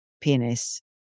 penis